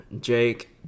jake